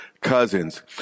cousins